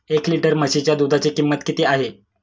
एक लिटर म्हशीच्या दुधाची किंमत किती आहे?